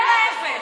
אין ההפך.